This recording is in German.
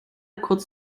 kurz